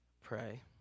pray